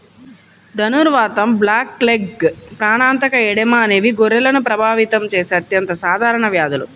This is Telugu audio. ధనుర్వాతం, బ్లాక్లెగ్, ప్రాణాంతక ఎడెమా అనేవి గొర్రెలను ప్రభావితం చేసే అత్యంత సాధారణ వ్యాధులు